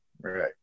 Right